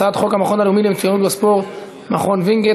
הצעת חוק המכון הלאומי למצוינות בספורט (מכון וינגייט),